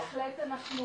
בהחלט אנחנו